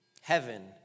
Heaven